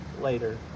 later